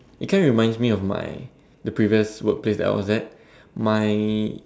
it kind of reminds me of my the previous workplace that I was at my